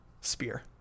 Spear